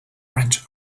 wrench